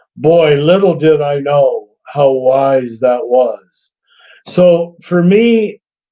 boy, little did i know how wise that was so for me,